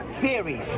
theories